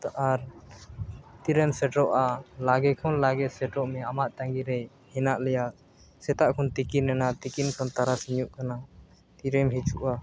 ᱛᱳ ᱟᱨ ᱛᱤᱨᱮᱢ ᱥᱮᱴᱮᱨᱚᱜᱼᱟ ᱞᱚᱜᱚᱱ ᱠᱷᱚᱱ ᱞᱚᱜᱚᱱ ᱥᱮᱴᱮᱨᱚᱜ ᱢᱮ ᱟᱢᱟᱜ ᱛᱟᱺᱜᱤᱨᱮ ᱦᱮᱱᱟᱜ ᱞᱮᱭᱟ ᱥᱮᱛᱟᱜ ᱠᱷᱚᱱ ᱛᱤᱠᱤᱱ ᱮᱱᱟ ᱛᱤᱠᱤᱱ ᱠᱷᱚᱱ ᱛᱟᱨᱟᱥᱤᱧᱚᱜ ᱠᱟᱱᱟ ᱛᱤᱨᱮᱢ ᱦᱤᱡᱩᱜᱼᱟ